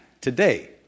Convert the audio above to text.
today